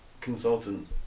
consultant